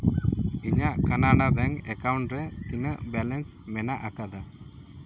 ᱤᱧᱟᱹᱜ Canada bank account ᱨᱮ ᱛᱤᱱᱟᱹᱜ ᱵᱮᱞᱮᱱᱥ ᱢᱮᱱᱟᱜ ᱟᱠᱟᱫᱟ